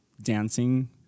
dancing